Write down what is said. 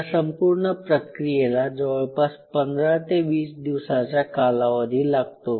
या संपूर्ण प्रक्रियेला जवळपास १५ ते २० दिवसांचा कालावधी लागतो